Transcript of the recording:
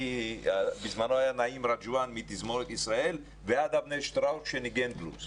בזמנו היה נעים רג'ואן מתזמורת ישראל ועד אבנר שטראוס שניגן בלוז,